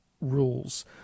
rules